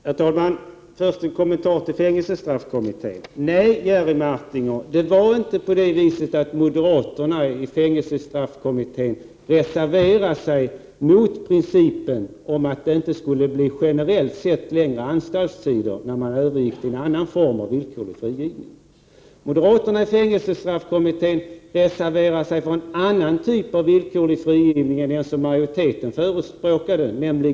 Herr talman! Först en kommentar beträffande fängelsestraffkommittén. Nej, Jerry Martinger, det var inte så att moderaterna i fängelsestraffkommittén reserverade sig mot principen att det inte skulle bli generellt sett längre anstaltstider när man övergick till en annan form av villkorlig frigivning. Moderaterna i fängelsestraffkommittén reserverade sig för en annan typ av villkorlig frigivning än den som majoriteten förespråkade.